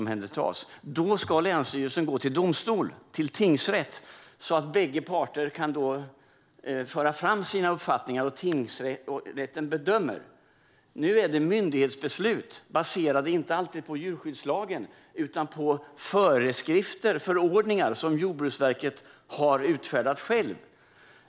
Då tycker jag att länsstyrelsen ska gå till domstol, till tingsrätt, så att bägge parter kan föra fram sin uppfattning och tingsrätten bedöma. Nu är det myndighetsbeslut som fattas, och de är inte alltid baserade på djurskyddslagen utan på föreskrifter och förordningar som Jordbruksverket har utfärdat självt.